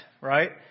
Right